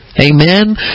Amen